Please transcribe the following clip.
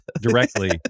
directly